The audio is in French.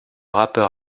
rappeur